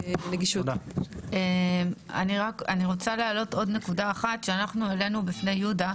אני רוצה להעלות עוד נקודה אחת אותה העלינו בפני יהודה.